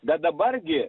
bet dabar gi